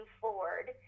Ford